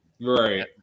right